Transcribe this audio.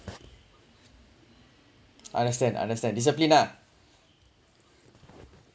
understand understand discipline lah